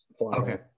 okay